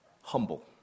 humble